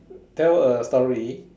tell a story